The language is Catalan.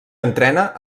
entrena